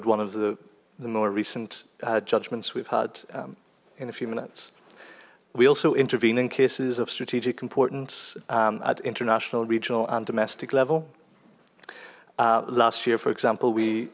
one of the more recent judgements we've had in a few minutes we also intervene in cases of strategic importance at international regional and domestic level last year for example we